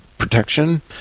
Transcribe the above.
protection